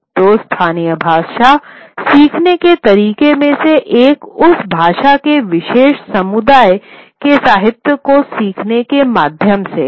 तो स्थानीय भाषा सीखने के तरीकों में से एक उस भाषा के विशेष समुदाय के साहित्य को सीखने के माध्यम से है